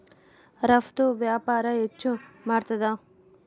ರಫ್ತು ವ್ಯಾಪಾರ ಹೆಚ್ಚು ಮಾಡ್ತಾದ